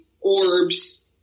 orbs